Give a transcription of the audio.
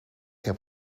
heb